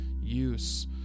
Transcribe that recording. Use